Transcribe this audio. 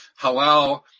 halal